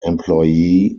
employee